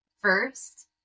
first